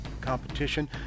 competition